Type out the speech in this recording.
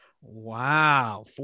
Wow